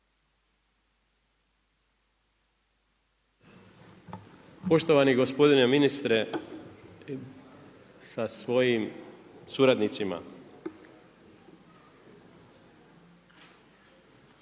Poštovani gospodine ministre sa svojim suradnicima.